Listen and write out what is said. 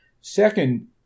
Second